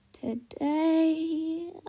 Today